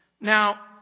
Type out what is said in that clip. Now